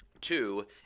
two